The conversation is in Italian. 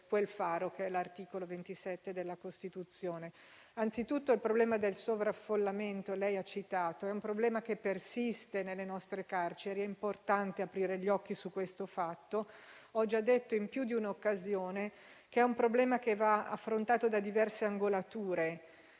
quel faro rappresentato dall'articolo 27 della Costituzione. Anzitutto, il problema del sovraffollamento, che lei ha citato, è un problema che persiste nelle nostre carceri. È importante aprire gli occhi su questo fatto. Ho già detto, in più di un'occasione, che è un problema che va affrontato da diverse angolature,